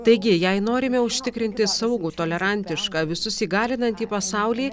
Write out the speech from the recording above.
taigi jei norime užtikrinti saugų tolerantišką visus įgalinantį pasaulį